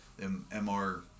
MR